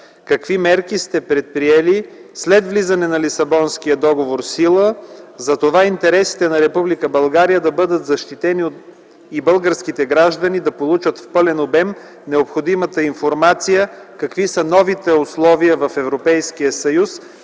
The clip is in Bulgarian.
Какви мерки сте предприели след влизане в сила на Лисабонския договор за това интересите на Република България да бъдат защитени и българските граждани да получат в пълен обем необходимата информация? Какви са новите условия в